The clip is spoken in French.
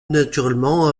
naturellement